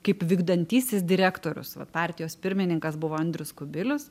kaip vykdantysis direktorius vat partijos pirmininkas buvo andrius kubilius